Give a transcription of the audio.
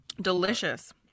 Delicious